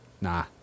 nah